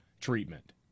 treatment